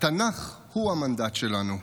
התנ"ך הוא המנדט שלנו"